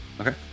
Okay